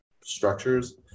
structures